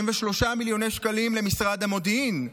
23 מיליון שקלים למשרד המודיעין.